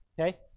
Okay